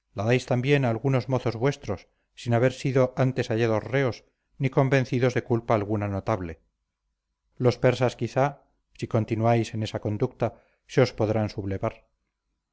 la dais también a algunos mozos vuestros sin haber sido antes hallados reos ni convencidos de culpa alguna notable los persas quizá si continuáis en esa conducta se os podrán sublevar